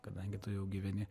kadangi tu jau gyveni